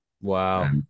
Wow